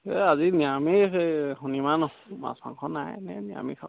এই আজি নিৰামিষ এই শনিবাৰ ন মাছ মাংস নাই এনেই নিৰামিষ আৰু